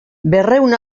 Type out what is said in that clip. berrehun